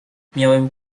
miałem